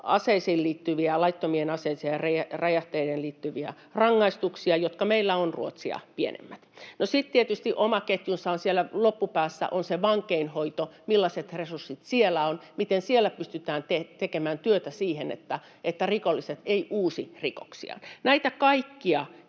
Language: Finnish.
esimerkiksi laittomiin aseisiin ja räjähteisiin liittyviä rangaistuksia, jotka meillä ovat Ruotsia pienemmät. Sitten tietysti oma ketjunsa siellä loppupäässä on vankeinhoito, millaiset resurssit siellä on, miten siellä pystytään tekemään työtä sen eteen, että rikolliset eivät uusi rikoksia. Näitä kaikkia